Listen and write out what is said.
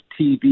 TV